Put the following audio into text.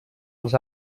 als